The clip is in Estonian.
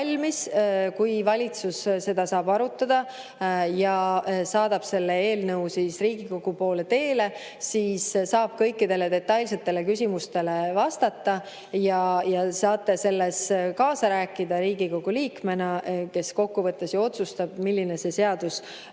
ning valitsus saab seda arutada ja saadab selle eelnõu Riigikogu poole teele, siis saab kõikidele detailsetele küsimustele vastata ja saate [menetluses] kaasa rääkida Riigikogu liikmena, kes kokkuvõttes ju otsustab, milline see seadus